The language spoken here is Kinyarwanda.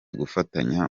gufatanya